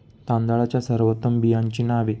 तांदळाच्या सर्वोत्तम बियाण्यांची नावे?